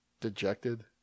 dejected